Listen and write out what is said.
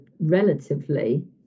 relatively